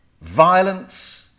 violence